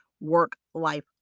work-life